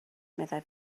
meddai